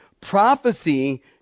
Prophecy